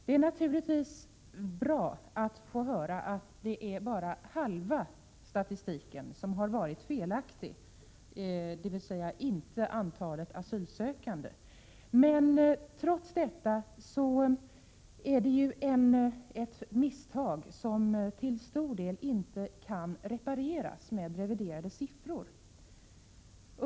Det är naturligtvis bra att få höra att det bara är halva statistiken som varit felaktig, dvs. inte statistiken över antalet asylsökande. Men trots detta är det här ett misstag som till stor del inte kan repareras med reviderade siffror.